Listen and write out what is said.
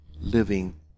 living